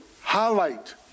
highlight